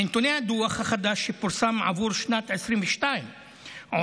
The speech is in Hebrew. מנתוני הדוח החדש שפורסם עבור שנת 2022 עולה